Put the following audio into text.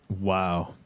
Wow